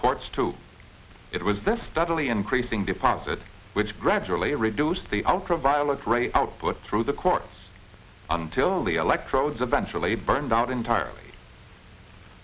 courts too it was this deadly increasing deposit which gradually reduced the ultraviolet rays output through the courts until the electrodes eventually burned out entirely